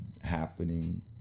happening